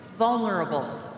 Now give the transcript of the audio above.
Vulnerable